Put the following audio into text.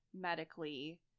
medically